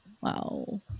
wow